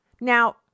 Now